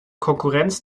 konkurrenz